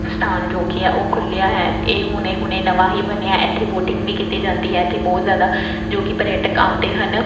ਸਥਾਨ ਜੋ ਕਿ ਆ ਉਹ ਖੁੱਲ੍ਹਿਆ ਹੈ ਇਹ ਹੁਣੇ ਹੁਣੇ ਨਵਾਂ ਹੀ ਬਣਿਆ ਇੱਥੇ ਵੋਟਿੰਗ ਵੀ ਕੀਤੀ ਜਾਂਦੀ ਹੈ ਇੱਥੇ ਬਹੁਤ ਜ਼ਿਆਦਾ ਜੋ ਕਿ ਪਰਯਟਕ ਆਉਂਦੇ ਹਨ